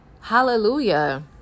Hallelujah